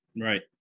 Right